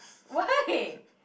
why